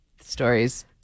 stories